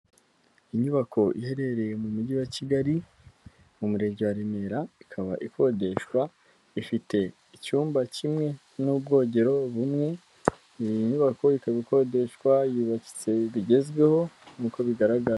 Inyubako iherereye mu mujyi wa Kigali mu murenge wa Remera, ikaba ikodeshwa. Ifite icyumba kimwe n'ubwogero bumwe, iyi nyubako ikaba ikodeshwa yubatse bigezweho nk'uko bigaragara.